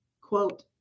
quote